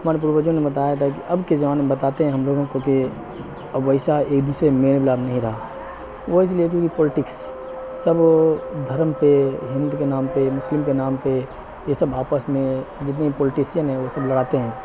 ہمارے پروجوں نے بتایا تھا کہ اب کے زمانے میں بتاتے ہیں ہم لوگوں کو کہ اب ویسا ایک دوسرے میل ملاپ نہیں رہا وہ اس لیے کیونکہ پولٹکس سب دھرم پے ہندو کے نام پے مسلم کے نام پے یہ سب آپس میں جتنے پولٹیسین ہیں وہ سب لڑاتے ہیں